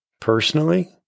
personally